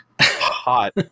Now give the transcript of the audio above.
hot